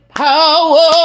power